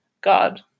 God